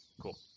Cool